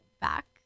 back